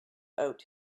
out